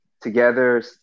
together